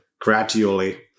gradually